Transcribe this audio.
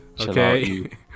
okay